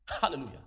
Hallelujah